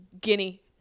guinea